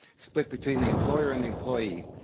split between the employer and the employee,